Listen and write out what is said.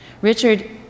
Richard